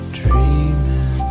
dreaming